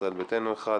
ישראל ביתנו אחד,